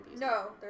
no